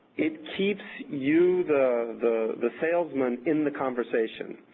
it keeps you, the the salesman, in the conversation,